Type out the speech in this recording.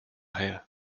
heil